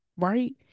right